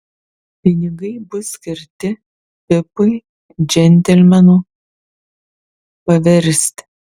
pinigai bus skirti pipui džentelmenu paversti